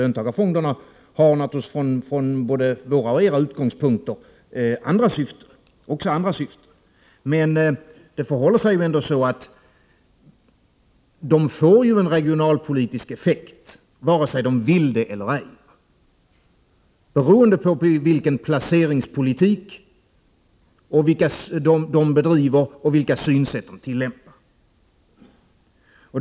Löntagarfonderna har självfallet från både våra och era utgångspunkter också andra syften. Löntagarfonderna får emellertid en regionalpolitisk effekt, vare sig de vill det eller ej, beroende på vilken placeringspolitik de bedriver och vilka synsätt de tillämpar.